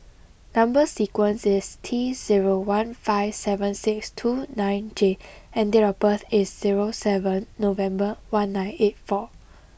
number sequence is T zero one five seven six two nine J and date of birth is zero seven November one nine eight four